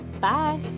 bye